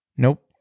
Nope